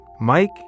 Mike